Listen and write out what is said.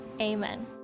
amen